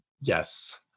Yes